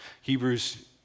Hebrews